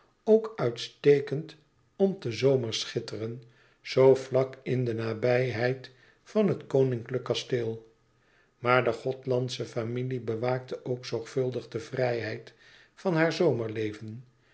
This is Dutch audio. ook uitstekend om te zomerschitteren zoo vlak in de nabijheid van het koninklijk kasteel maar de gothlandsche familie bewaakte ook zorgvuldig de vrijheid van haar